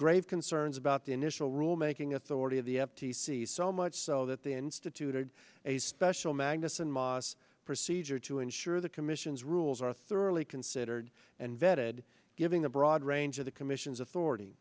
grave concerns about the initial rule making authority of the f t c so much so that they instituted a special magnusson mosse procedure to ensure the commission's rules are thoroughly considered and vetted giving the broad range of the commission's